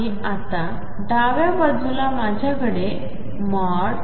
आणि आता डाव्या बाजूला माझ्याकडे ai2